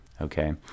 Okay